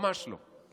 ממש לא.